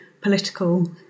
political